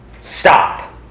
stop